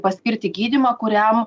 paskirti gydymą kuriam